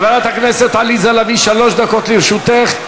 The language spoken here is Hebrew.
חברת הכנסת עליזה לביא, שלוש דקות לרשותך.